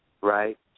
Right